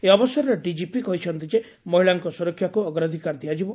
ଏହି ଅବସରରେ ଡିକିପି କହିଛନ୍ତି ଯେ ମହିଳାଙ୍କ ସୁରକ୍ଷାକୁ ଅଗ୍ରାଧକାର ଦିଆଯିବ